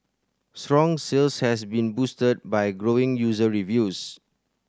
strong sales has been boosted by glowing user reviews